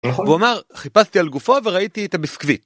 הוא אמר, חיפשתי על גופו וראיתי את הביסקוויט.